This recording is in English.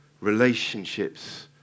relationships